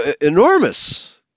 enormous